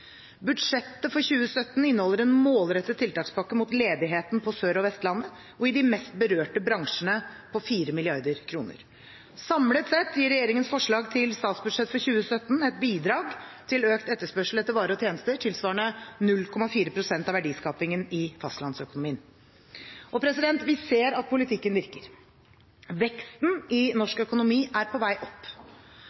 Budsjettet for 2017 inneholder en målrettet tiltakspakke mot ledigheten på Sør- og Vestlandet og i de mest berørte bransjene på 4 mrd. kr. Samlet sett gir regjeringens forslag til statsbudsjett for 2017 et bidrag til økt etterspørsel etter varer og tjenester tilsvarende 0,4 pst. av verdiskapingen i fastlandsøkonomien. Vi ser at politikken virker.